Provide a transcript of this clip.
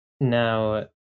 Now